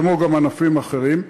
כמו גם ענפים אחרים,